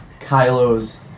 Kylo's